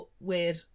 weird